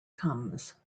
comes